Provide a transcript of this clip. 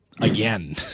again